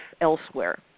elsewhere